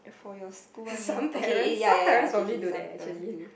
for your school one meh okay eh ya ya ya okay okay some parents do